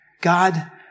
God